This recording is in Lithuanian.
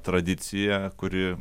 tradicija kuri